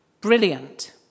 Brilliant